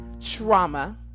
trauma